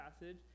passage